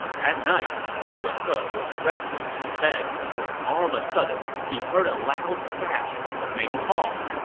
that night, zhuge ke ah was restless in bed when all of a sudden, he heard a loud crash from the main hall.